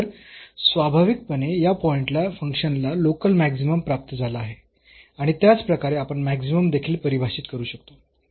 तर स्वाभाविकपणे या पॉईंटला फंक्शनला लोकल मॅक्सिमम प्राप्त झाला आहे आणि त्याचप्रकारे आपण मॅक्सिमम देखील परिभाषित करू शकतो